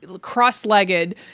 cross-legged